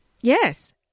Yes